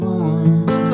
one